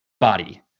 body